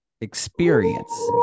experience